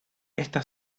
esta